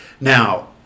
Now